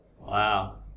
Wow